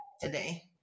today